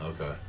Okay